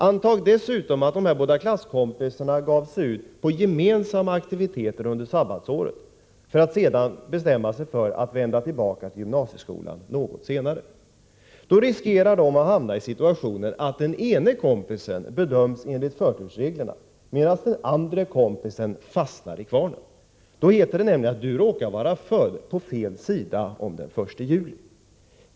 Antag dessutom att dessa båda klasskompisar ger sig ut på gemensamma aktiviteter under sabbatsåret, för att sedan bestämma sig för att vända tillbaka till gymnasieskolan något senare. Då riskerar de att hamna i situationen att den ene bedöms enligt förtursreglerna medan den andre fastnar i kvarnen — då heter det nämligen: Du råkar vara född på fel sida om den 1 juli.